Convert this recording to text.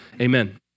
Amen